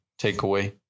takeaway